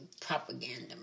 propaganda